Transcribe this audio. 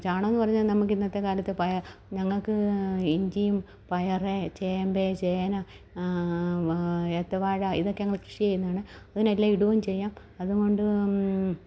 ചാണകം എന്ന് പറഞ്ഞാൽ നമുക്ക് ഇന്നത്തെക്കാലത്ത് ഞങ്ങൾക്ക് ഇഞ്ചിയും പയർ ചേമ്പ് ചേന ഏത്തവാഴ ഇതൊക്കെ ഞങ്ങൾ കൃഷി ചെയ്യുന്നതാണ് അതിനെല്ലാം ഇടുകയും ചെയ്യാം അതുകൊണ്ട്